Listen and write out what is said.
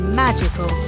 magical